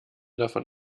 davon